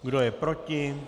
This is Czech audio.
Kdo je proti?